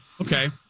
Okay